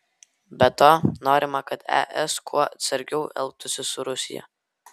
be to norima kad es kuo atsargiau elgtųsi su rusija